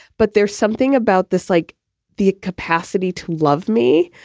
but there's something about this, like the capacity to love me